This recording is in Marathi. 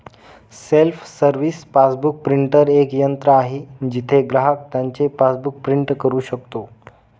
सेल्फ सर्व्हिस पासबुक प्रिंटर एक यंत्र आहे जिथे ग्राहक त्याचे पासबुक प्रिंट करू शकतो